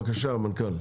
בבקשה, המנכ"ל.